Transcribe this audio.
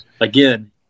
Again